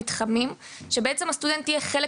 מתחמים שבהם בעצם הסטודנט יהיה חלק